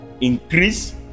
increase